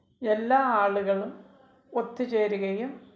എല്ലാ ആളുകളും ഒത്ത് ചേരുകയും